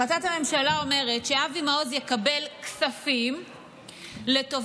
החלטת הממשלה אומרת שאבי מעוז יקבל כספים לטובת